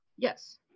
Yes